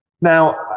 Now